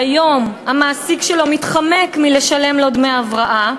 שהיום המעסיק שלו מתחמק מלשלם לו דמי הבראה,